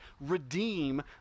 redeem